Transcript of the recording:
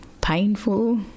painful